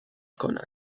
کنند